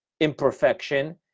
imperfection